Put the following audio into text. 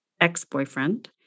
ex-boyfriend